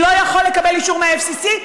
לא יכול לקבל אישור מה-FCC.